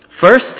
First